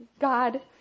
God